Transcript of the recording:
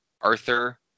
Arthur